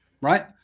right